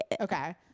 okay